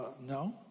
No